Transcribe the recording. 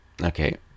okay